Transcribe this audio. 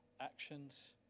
Actions